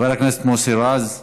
חבר הכנסת מוסי רז,